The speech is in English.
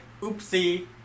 oopsie